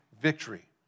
victory